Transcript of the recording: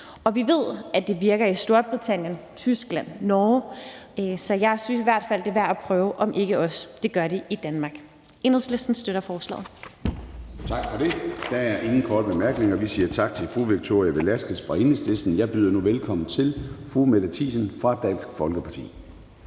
op. Vi ved, at det virker i Storbritannien, Tyskland og Norge, så jeg synes i hvert fald, at det er værd at prøve, om ikke også det gør det i Danmark. Enhedslisten støtter forslaget. Kl. 11:05 Formanden (Søren Gade): Tak for det. Der ingen korte bemærkninger. Vi siger tak til fru Victoria Velasquez fra Enhedslisten. Jeg byder nu velkommen til fru Mette Thiesen fra Dansk Folkeparti.